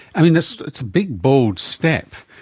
i mean, it's it's a big, bold step.